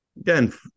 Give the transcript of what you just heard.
Again